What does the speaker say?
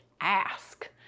ask